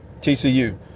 TCU